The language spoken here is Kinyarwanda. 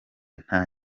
nta